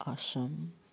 Assam